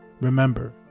remember